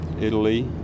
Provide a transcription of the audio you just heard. Italy